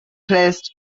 placed